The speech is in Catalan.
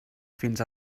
fins